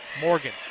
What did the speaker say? Morgan